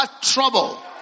trouble